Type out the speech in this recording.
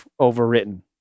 overwritten